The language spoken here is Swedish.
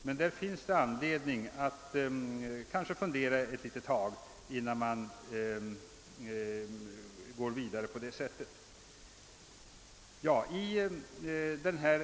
Men det finns förmodligen anledning att fundera litet innan man går vidare med sådan plantering inom vissa områden.